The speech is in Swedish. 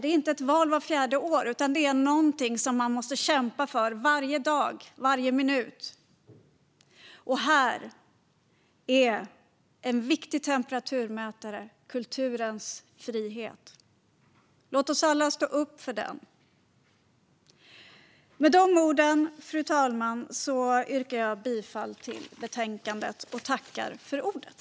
Det är inte ett val vart fjärde år, utan det är någonting som man måste kämpa för varje dag och varje minut. Här är kulturens frihet en viktig temperaturmätare. Låt oss alla stå upp för den. Med dessa ord, fru talman, yrkar jag bifall till förslaget i betänkandet.